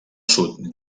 sud